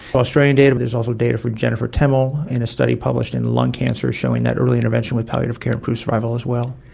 australian data, and there's also data from jennifer temel in a study published in lung cancer showing that early intervention with palliative care improves survival as well.